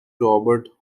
robert